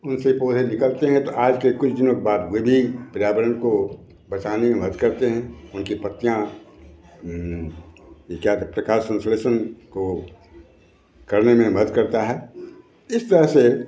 उनसे पौधे निकलते हैं तो आज के कुछ दिनों बाद वे भी पर्यावरण को बचाने में मदद करते हैं उनकी पत्तियाँ यह क्या तो प्रकाश संश्लेषण को करने में मदद करता है इस तरह से